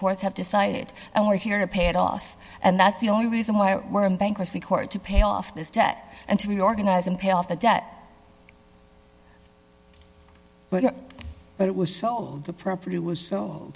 courts have decided and we're here to pay it off and that's the only reason why we're in bankruptcy court to pay off this debt and to be organized and pay off the debt but it was sold the property was